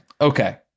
Okay